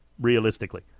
realistically